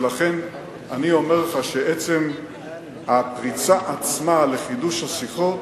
ולכן אני אומר לך שעצם הפריצה עצמה לחידוש השיחות